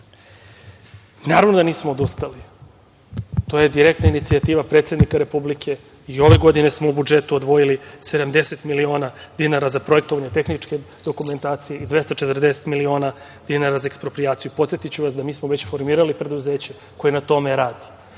Naravno da nismo odustali. To je direktna inicijativa predsednika Republike i ove godine smo u budžetu odvojili 70 miliona dinara za projektovanje tehničke dokumentacije i 240 miliona dinara za eksproprijaciju. Podsetiću vas da smo mi već formirali preduzeće koje na tome radi.